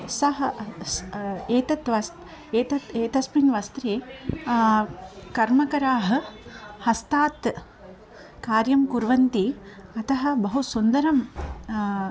सः स् एतत् वस्त् एतत् एतस्मिन् वस्त्रे कर्मकराः हस्तात् कार्यं कुर्वन्ति अतः बहु सुन्दरं